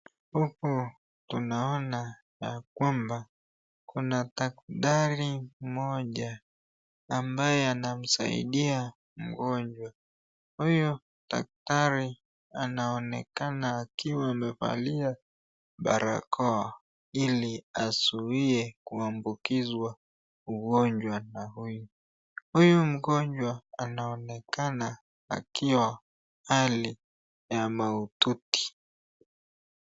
Huku tunaona ya kwamba kuna daktari mmoja ambaye anamsaidia mgonjwa .Huyu daktari anaonekana akiwa amevalia barakoa ili azuiye kuambukizwa ugonjwa na huyu. Huyu mgonjwa anaonekana akiwa hali ya mahututi.